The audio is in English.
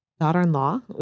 Daughter-in-law